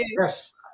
yes